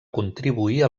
contribuir